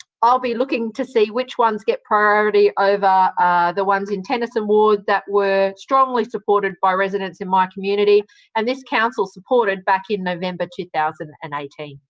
i'll be looking to see which ones get priority over the ones in tennyson ward that were strongly supported by residents in my community and this council supported back in november two thousand and eighteen.